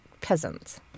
peasants